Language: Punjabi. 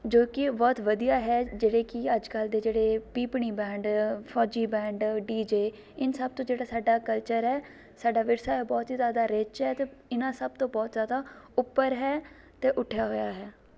ਜੋ ਕਿ ਬਹੁਤ ਵਧੀਆ ਹੈ ਜਿਹੜੇ ਕਿ ਅੱਜ ਕੱਲ੍ਹ ਦੇ ਜਿਹੜੇ ਪੀਪਣੀ ਬੈਂਡ ਫੌਜੀ ਬੈਂਡ ਡੀ ਜੇ ਇਨ੍ਹਾਂ ਸਭ ਤੋਂ ਜਿਹੜਾ ਸਾਡਾ ਕਲਚਰ ਹੈ ਸਾਡਾ ਵਿਰਸਾ ਹੈ ਉਹ ਬਹੁਤ ਹੀ ਜ਼ਿਆਦਾ ਰਿੱਚ ਹੈ ਅਤੇ ਇਨ੍ਹਾਂ ਸਭ ਤੋਂ ਬਹੁਤ ਜ਼ਿਆਦਾ ਉੱਪਰ ਹੈ ਅਤੇ ਉੱਠਿਆ ਹੋਇਆ ਹੈ